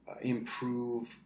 improve